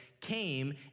came